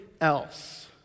else